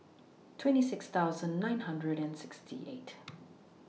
twenty six thousand nine hundred and sixty eight